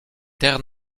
terre